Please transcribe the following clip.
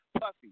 Puffy